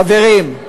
חברים,